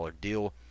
deal